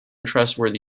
trustworthy